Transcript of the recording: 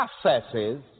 processes